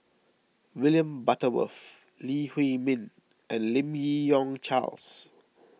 William Butterworth Lee Huei Min and Lim Yi Yong Charles